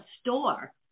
store